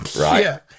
right